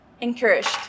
encouraged